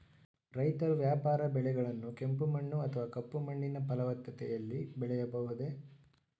ರೈತರು ವ್ಯಾಪಾರ ಬೆಳೆಗಳನ್ನು ಕೆಂಪು ಮಣ್ಣು ಅಥವಾ ಕಪ್ಪು ಮಣ್ಣಿನ ಫಲವತ್ತತೆಯಲ್ಲಿ ಬೆಳೆಯಬಹುದೇ?